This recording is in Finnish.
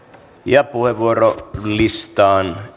ja puheenvuorolistaan